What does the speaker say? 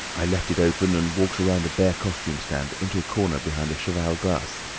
i left it open, and walked round a bare costume stand, into a corner behind a cheval glass.